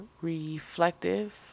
reflective